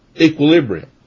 equilibrium